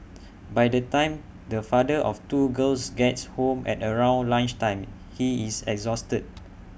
by the time the father of two girls gets home at around lunch time he is exhausted